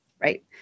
Right